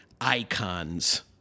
icons